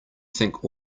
think